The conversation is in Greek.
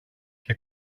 και